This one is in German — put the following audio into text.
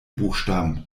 buchstaben